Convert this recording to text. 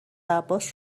عباس